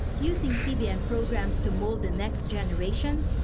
using cbn programs to mold the next generation,